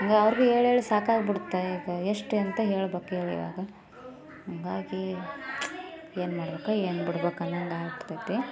ಹಂಗೆ ಅವ್ರ್ಗೆ ಹೇಳಿ ಹೇಳಿ ಸಾಕಾಗ್ಬಿಡ್ತು ಈಗ ಎಷ್ಟಂತ ಹೇಳಬೇಕು ಹೇಳಿವಾಗ ಹಾಗಾಗಿ ಏನ್ಮಾಡಬೇಕೊ ಏನು ಬಿಡಬೇಕೊ ಅನ್ನೋ ಹಂಗೆ ಆಗ್ಬಿಟ್ಟೈತಿ